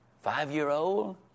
Five-year-old